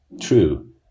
true